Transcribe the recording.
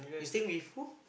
you stay with who